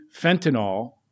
fentanyl